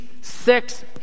six